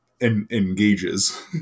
engages